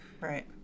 Right